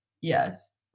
Yes